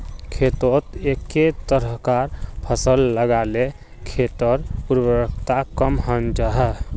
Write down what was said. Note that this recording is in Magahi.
खेतोत एके तरह्कार फसल लगाले खेटर उर्वरता कम हन जाहा